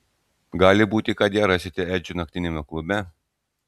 gali būti kad ją rasite edžio naktiniame klube